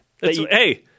Hey